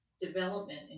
development